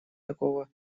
такого